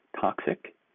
toxic